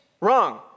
wrong